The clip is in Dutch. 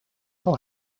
van